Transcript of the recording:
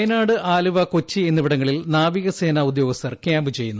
വയനാട് ആലുവ കൊച്ചി എന്നിവിടങ്ങളിൽ നാവികസേനാ ഉദ്യോഗസ്ഥർ ക്യാമ്പ് ചെയ്യുന്നു